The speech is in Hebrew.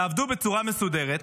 תעבדו בצורה מסודרת,